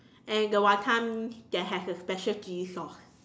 and the wanton-mee that have the special chili sauce